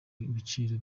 ibiciro